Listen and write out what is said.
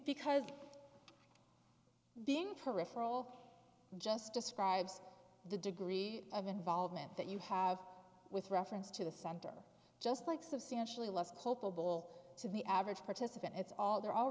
because being peripheral just describes the degree of involvement that you have with reference to the center just like substantially less culpable to the average participant it's all there all